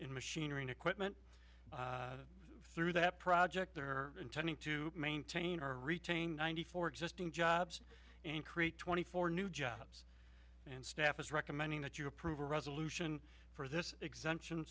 in machinery and equipment through that project there are intending to maintain our retain ninety four existing jobs and create twenty four new jobs and staff is recommending that you approve a resolution for this exemption